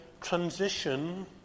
transition